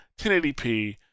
1080p